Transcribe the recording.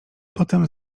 potem